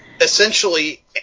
essentially